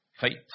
faith